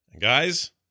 Guys